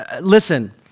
listen